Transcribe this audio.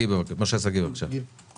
אנחנו